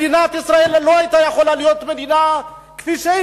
מדינת ישראל לא היתה יכולה להיות מדינה כפי שהיא